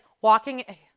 walking